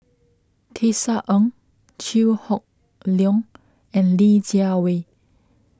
Tisa Ng Chew Hock Leong and Li Jiawei